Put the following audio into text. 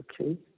okay